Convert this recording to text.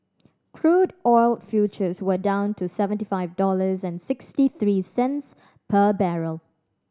crude oil futures were down to seventy five dollars and sixty three cents per barrel